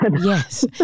yes